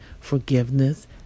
forgiveness